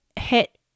hit